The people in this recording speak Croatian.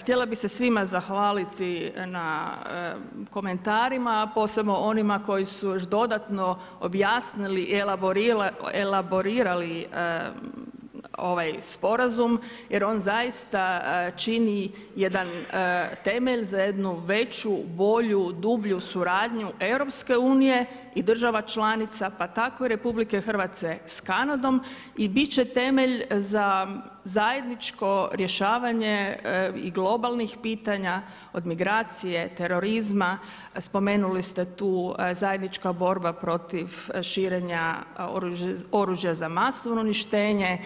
Htjela bih se svima zahvaliti na komentarima, a posebno onima koji su još dodatno objasnili elaborirali ovaj sporazum jer on zaista čini jedan temelj za jednu veću, bolju, dublju suradnju EU i država članica pa tako RH s Kanadom i bit će temelj za zajedničko rješavanje i globalnih pitanja od migracije, terorizma, spomenuli ste tu zajednička borba protiv širenja oružja za masovno uništenje,